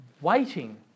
waiting